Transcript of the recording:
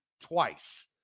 twice